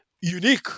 unique